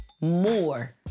more